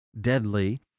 deadly